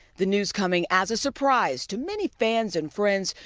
the news coming as a surprise to many fans and friends,